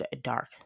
dark